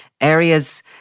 areas